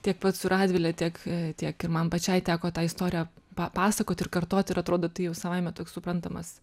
tiek pat su radvile tiek tiek ir man pačiai teko tą istoriją pa pasakot ir kartot ir atrodo tai jau savaime toks suprantamas